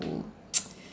to